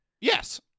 Yes